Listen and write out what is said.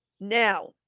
Now